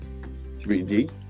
3D